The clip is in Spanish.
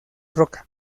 roca